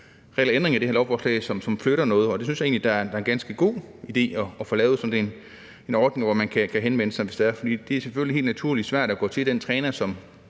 eneste regelændring i det her lovforslag, som flytter noget. Jeg synes, det er en ganske god idé at få lavet sådan en ordning, hvor man kan henvende sig, hvis det er, for det er selvfølgelig helt naturligt svært at gå til den træner,